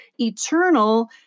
eternal